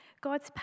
God's